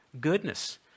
goodness